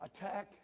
attack